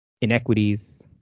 inequities